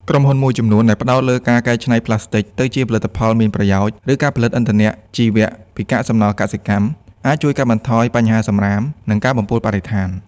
ក្រុមហ៊ុនមួយចំនួនដែលផ្តោតលើការកែច្នៃប្លាស្ទិកទៅជាផលិតផលមានប្រយោជន៍ ឬការផលិតឥន្ធនៈជីវៈពីកាកសំណល់កសិកម្ម អាចជួយកាត់បន្ថយបញ្ហាសំរាម និងការបំពុលបរិស្ថាន។